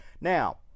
Now